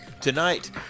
tonight